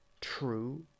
true